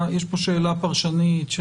שאלה פרשנית,